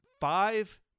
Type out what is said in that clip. five